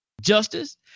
Justice